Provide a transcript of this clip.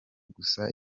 gusa